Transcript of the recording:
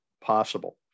possible